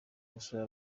gusura